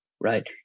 right